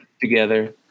together